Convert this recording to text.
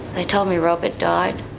they told me rob had died.